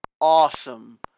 awesome